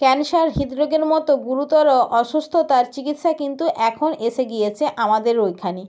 cancer হৃদ্রোগের মতো গুরুতর অসুস্থতার চিকিৎসা কিন্তু এখন এসে গিয়েছে আমাদের ওইখানে